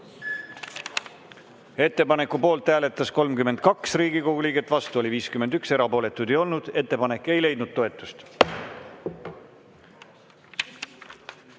Ettepaneku poolt hääletas 34 Riigikogu liiget, vastu oli 50, erapooletuid ei olnud. Ettepanek ei leidnud toetust.44.